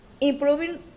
Improving